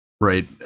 right